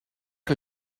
her